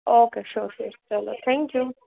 okay sure sure ચલો thank you